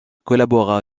collabora